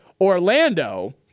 Orlando